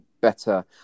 better